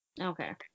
Okay